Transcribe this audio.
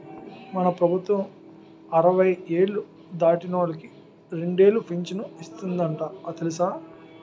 మన ప్రభుత్వం అరవై ఏళ్ళు దాటినోళ్ళకి రెండేలు పింఛను ఇస్తందట తెలుసా